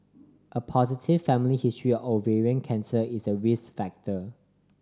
a positive family history of ovarian cancer is a risk factor